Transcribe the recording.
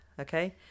Okay